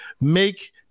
Make